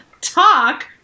Talk